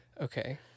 Okay